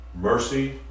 Mercy